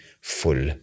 full